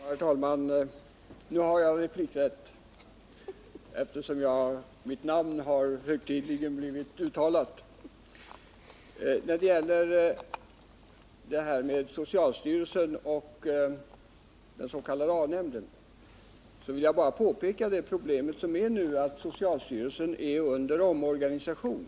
Herr talman! Nu har jag replikrätt, eftersom mitt namn har högtidligen blivit uttalat. När det gäller detta med socialstyrelsen och den s.k. A-nämnden vill jag bara påpeka det problem som finns nu, nämligen att socialstyrelsen är under omorganisation.